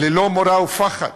ללא מורא ופחד.